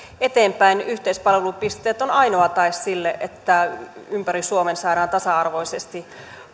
eteenpäin yhteispalvelupisteet ovat ainoa tae sille että ympäri suomen saadaan tasa arvoisesti